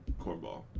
cornball